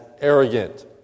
arrogant